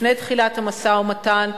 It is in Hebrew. לפני תחילת המשא-ומתן,